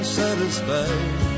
satisfied